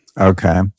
Okay